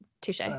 touche